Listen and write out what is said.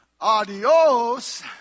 adios